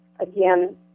Again